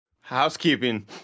Housekeeping